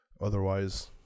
Otherwise